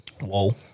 Whoa